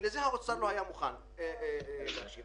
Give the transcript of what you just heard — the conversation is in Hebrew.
איתי, יש בעיה עם המצלמה, איך שאתה מחזיק אותה.